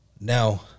now